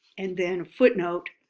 and then footnote.